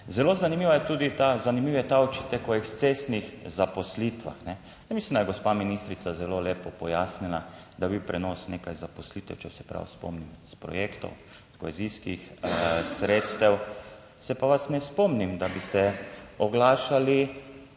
želite. Zelo zanimiv je ta očitek o ekscesnih zaposlitvah. Mislim, da je gospa ministrica zelo lepo pojasnila, da je bil prenos nekaj zaposlitev, če se prav spomnim iz projektov kohezijskih, sredstev se pa vas ne spomnim, da bi se oglašali.